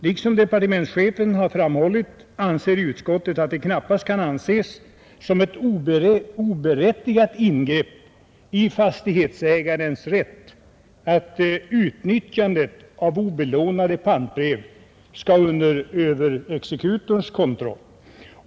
Liksom departementschefen anser utskottet att det knappast kan betraktas som ett oberättigat ingrepp i fastighetsägarens rätt att utnyttjandet av obelånade pantbrev skall stå under överexekutorns kontroll.